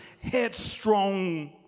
headstrong